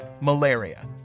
Malaria